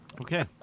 Okay